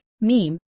meme